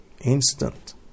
Instant